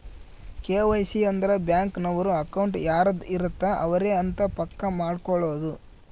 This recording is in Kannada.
ಕೆ.ವೈ.ಸಿ ಅಂದ್ರ ಬ್ಯಾಂಕ್ ನವರು ಅಕೌಂಟ್ ಯಾರದ್ ಇರತ್ತ ಅವರೆ ಅಂತ ಪಕ್ಕ ಮಾಡ್ಕೊಳೋದು